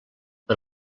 per